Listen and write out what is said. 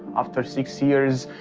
after six years,